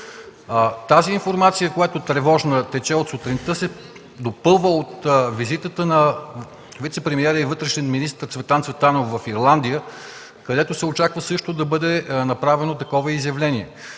информация, която тече от сутринта, се допълва от визитата на вицепремиера и вътрешен министър Цветан Цветанов във Ирландия, където се очаква също да бъде направено такова изявление.